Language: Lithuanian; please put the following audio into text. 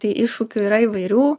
tai iššūkių yra įvairių